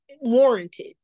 warranted